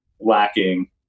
lacking